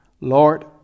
Lord